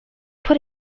put